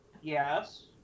Yes